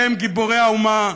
אלה הם גיבורי האומה,